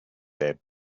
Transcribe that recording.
their